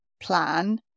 plan